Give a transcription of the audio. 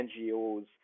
NGOs